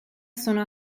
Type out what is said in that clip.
sono